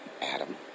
Adam